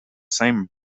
same